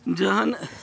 जहन